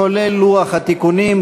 כולל לוח התיקונים,